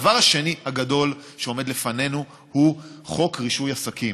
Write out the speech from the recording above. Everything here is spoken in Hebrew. הדבר השני הגדול שעומד לפנינו הוא חוק רישוי עסקים.